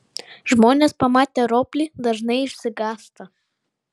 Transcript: žmonės pamatę roplį dažnai išsigąsta